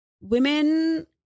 women